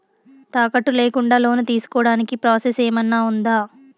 తాకట్టు లేకుండా లోను తీసుకోడానికి ప్రాసెస్ ఏమన్నా ఉందా?